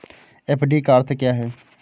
FD का अर्थ क्या है?